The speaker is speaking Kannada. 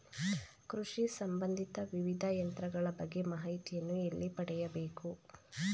ಕೃಷಿ ಸಂಬಂದಿಸಿದ ವಿವಿಧ ಯಂತ್ರಗಳ ಬಗ್ಗೆ ಮಾಹಿತಿಯನ್ನು ಎಲ್ಲಿ ಪಡೆಯಬೇಕು?